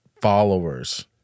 followers